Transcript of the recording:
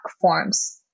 forms